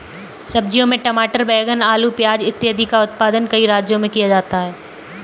सब्जियों में टमाटर, बैंगन, आलू, प्याज इत्यादि का उत्पादन कई राज्यों में किया जाता है